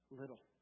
little